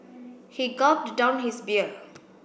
he gulped down his beer